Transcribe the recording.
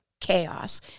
chaos